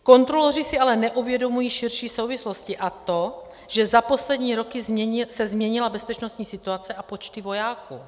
Kontroloři si ale neuvědomují širší souvislosti, a to, že za poslední roky se změnila bezpečnostní situace a počty vojáků.